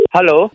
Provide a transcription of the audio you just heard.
Hello